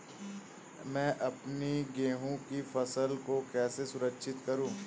मैं अपनी गेहूँ की फसल को कैसे सुरक्षित करूँ?